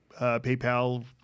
PayPal